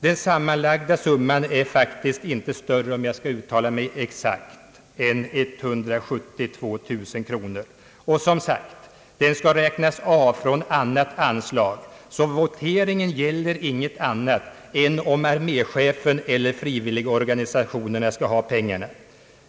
Den sammanlagda summan är faktiskt inte större än 172 000 kronor. Den skall som sagt räknas av från annat anslag, så voteringen gäller inget annat än om arméchefen eller frivilligorganisationerna skall ha pengarna.